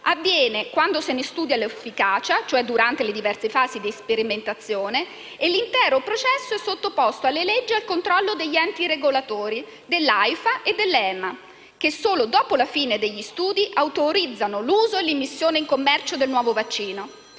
avviene quando se ne studia l'efficacia, durante le diverse fasi di sperimentazione, e l'intero processo è sottoposto alle leggi e al controllo degli enti regolatori, dell'AIFA e dell'EMA, che solo dopo la fine degli studi autorizzano l'uso e l'immissione in commercio del nuovo vaccino.